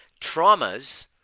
traumas